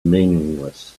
meaningless